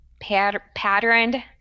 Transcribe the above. patterned